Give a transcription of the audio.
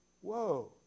Whoa